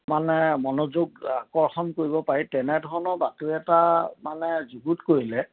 মানে মনোযোগ আকৰ্ষণ কৰিব পাৰি তেনেধৰণৰ বাতৰি এটা মানে যুগুত কৰিলে